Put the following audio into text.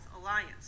Alliance